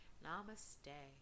Namaste